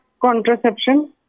contraception